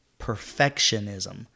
perfectionism